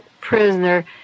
prisoner